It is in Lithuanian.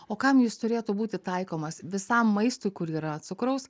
o kam jis turėtų būti taikomas visam maistui kur yra cukraus